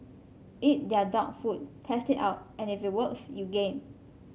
eat their dog food test it out and if it works you gain